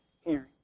hearing